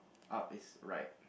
up is right